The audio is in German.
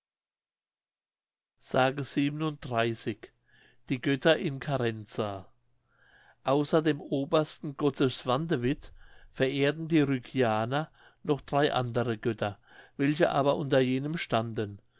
s die götter in carenza außer dem obersten gotte swantewit verehrten die rügianer noch drei andere götter welche aber unter jenem standen